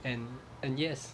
and and yes